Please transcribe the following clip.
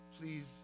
please